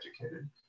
educated